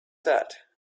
that